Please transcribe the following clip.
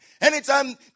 Anytime